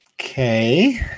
Okay